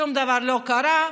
שום דבר לא קרה.